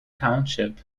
township